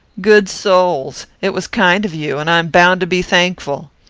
good souls! it was kind of you, and i am bound to be thankful.